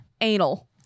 anal